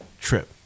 trip